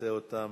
שתמצה אותן